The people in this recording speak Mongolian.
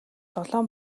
долоон